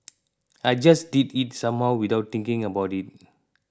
I just did it somehow without thinking about it